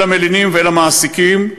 אל המלינים ואל המעסיקים,